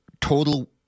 total